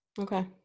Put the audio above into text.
okay